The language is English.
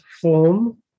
form